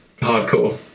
hardcore